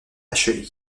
achevé